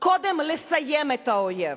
קודם לסמן את האויב,